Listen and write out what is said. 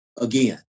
again